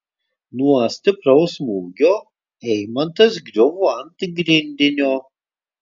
nuo stipraus smūgio eimantas griuvo ant grindinio